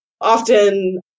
Often